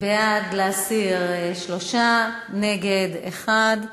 בעד להסיר, 3, נגד, 1,